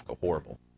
horrible